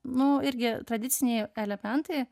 nu irgi tradiciniai elementai